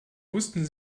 wussten